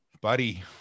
buddy